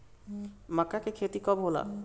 माका के खेती कब होला?